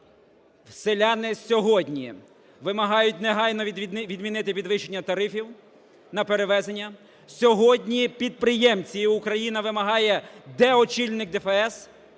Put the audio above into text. Селяни сьогодні вимагають негайно відмінити підвищення тарифів на перевезення. Сьогодні підприємці і Україна вимагають, де очільник ДФС,